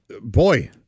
boy